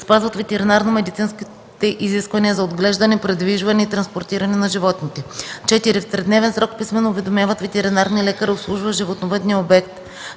спазват ветеринарномедицинските изисквания за отглеждане, придвижване и транспортиране на животните; 4. в тридневен срок писмено уведомяват ветеринарния лекар, обслужващ животновъдния обект,